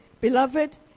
beloved